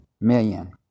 million